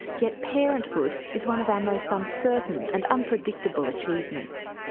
yet parenthood is one of our most uncertain and unpredictable achievements.